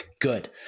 Good